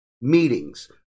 meetings